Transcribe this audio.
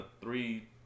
three